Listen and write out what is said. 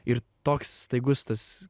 ir toks staigus tas